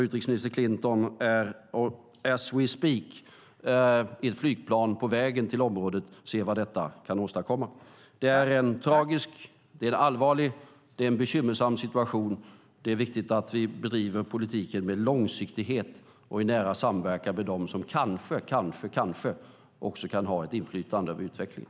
Utrikesminister Clinton är, as we speak, i ett flygplan på väg till området. Vi får se vad detta kan åstadkomma. Det är en tragisk, allvarlig och bekymmersam situation. Det är viktigt att vi bedriver politiken med långsiktighet och i nära samverkan med dem som kanske, kanske kan ha ett inflytande över utvecklingen.